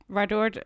Waardoor